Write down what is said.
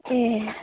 ए